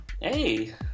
Hey